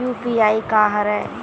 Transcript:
UPI का हरय?